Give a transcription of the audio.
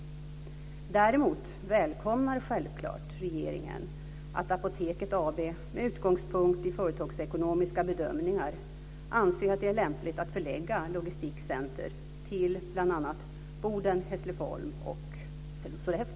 Däremot välkomnar självklart regeringen att Apoteket AB med utgångspunkt i företagsekonomiska bedömningar anser att det är lämpligt att förlägga logistikcenter till bl.a.